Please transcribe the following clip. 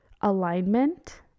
alignment